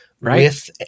right